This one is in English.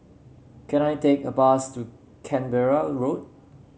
can I take a bus to Canberra Road